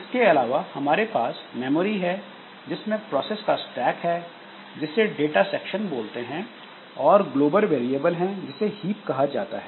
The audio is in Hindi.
इसके अलावा हमारे पास मेमोरी है जिसमें प्रोसेस का स्टैक है जिसे डाटा सेक्शन बोलते हैं और ग्लोबल वेरिएबल हैं जिसे हीप कहा जाता है